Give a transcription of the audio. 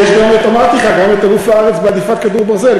יש גם, אמרתי לך, את אלוף הארץ בהדיפת כדור ברזל.